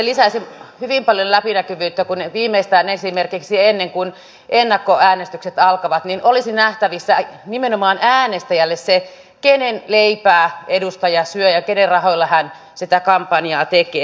elikkä se lisäisi hyvin paljon läpinäkyvyyttä jos viimeistään esimerkiksi ennen kuin ennakkoäänestykset alkavat olisi nähtävissä nimenomaan äänestäjälle se kenen leipää edustaja syö ja kenen rahoilla hän sitä kampanjaa tekee